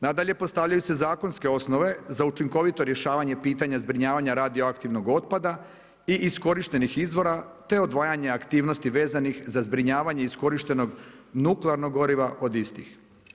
Nadalje postavljaju se zakonske osnove za učinkovito rješavanje pitanja zbrinjavanja radioaktivnog otpada i iskorištenih izvora te odvajanje aktivnosti za zbrinjavanje iskorištenog nuklearnog goriva od istih.